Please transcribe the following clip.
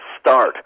start